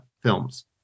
films